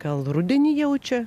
gal rudenį jaučia